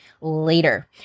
later